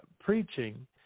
preaching